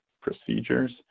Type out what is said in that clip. procedures